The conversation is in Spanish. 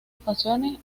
ocasiones